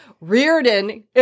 Reardon